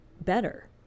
better